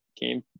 game